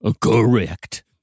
correct